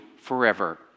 forever